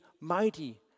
mighty